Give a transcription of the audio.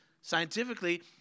scientifically